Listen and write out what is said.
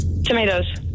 Tomatoes